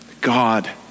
God